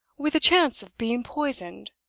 with the chance of being poisoned,